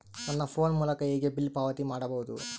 ನನ್ನ ಫೋನ್ ಮೂಲಕ ಹೇಗೆ ಬಿಲ್ ಪಾವತಿ ಮಾಡಬಹುದು?